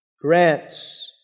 grants